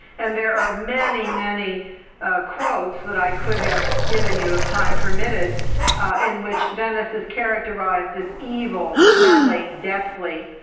and there are many many quotes that i could have given you if time permitted in which venice is characterized as evil, smelly, deathly,